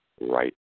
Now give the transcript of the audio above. right